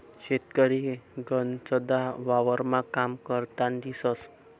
शेतकरी गनचदा वावरमा काम करतान दिसंस